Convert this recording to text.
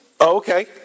Okay